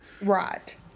Right